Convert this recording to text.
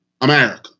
America